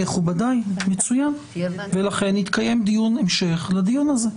מכובדיי, מצוין, ולכן יתקיים דיון המשך לדיון הזה.